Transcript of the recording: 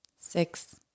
six